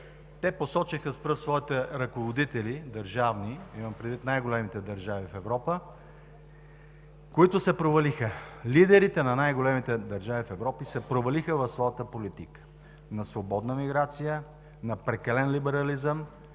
те посочиха с пръст своите държавни ръководители, имам предвид най-големите държави в Европа, които се провалиха. Лидерите на най-големите държави в Европа се провалиха в своята политика на свободна миграция, на прекален либерализъм,